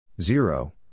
Zero